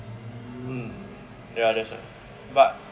hmm ya that's why but